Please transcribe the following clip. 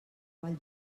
qual